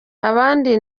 abandi